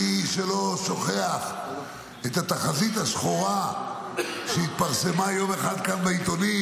מי שלא שוכח את התחזית השחורה שהתפרסמה יום אחד כאן בעיתונים,